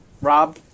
Rob